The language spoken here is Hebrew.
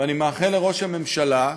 ואני מאחל לראש הממשלה,